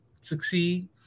succeed